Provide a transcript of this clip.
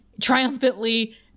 triumphantly